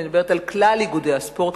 אני מדברת על כלל איגודי הספורט,